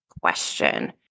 question